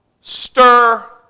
stir